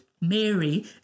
Mary